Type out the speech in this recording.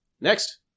Next